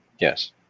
Yes